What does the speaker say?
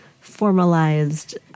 formalized